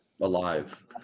alive